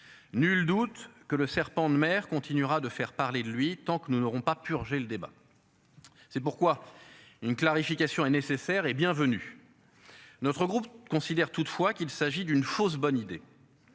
Nul doute que le serpent de mer continuera de faire parler de lui, tant que nous n'aurons pas purgé le débat. C'est pourquoi une clarification est nécessaire et bienvenu. Notre groupe considère toutefois qu'il s'agit d'une fausse bonne idée.